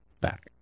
back